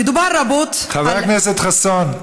חבר הכנסת חסון.